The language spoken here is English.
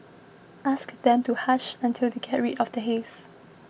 ask them to hush until they get rid of the haze